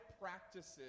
practices